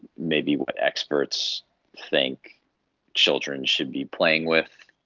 maybe what experts think children should be playing with.